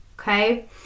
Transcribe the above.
Okay